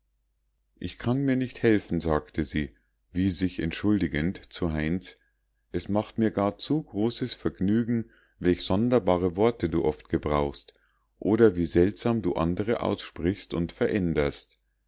ich kann mir nicht helfen sagte sie wie sich entschuldigend zu heinz es macht mir gar zu großes vergnügen welch sonderbare worte du oft gebrauchst oder wie seltsam du andere aussprichst und veränderst